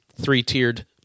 three-tiered